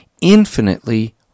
infinitely